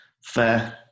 fair